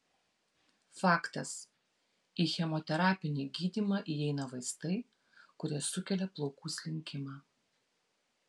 faktas į chemoterapinį gydymą įeina vaistai kurie sukelia plaukų slinkimą